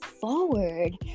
forward